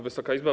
Wysoka Izbo!